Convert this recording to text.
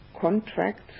contracts